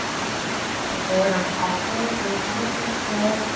excellent, let's come forward on to all fours. move nice and slow.